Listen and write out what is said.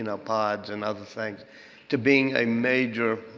and ipods and other things to being a major,